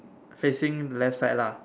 facing the left side lah